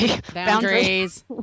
Boundaries